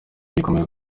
gikomeye